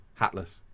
hatless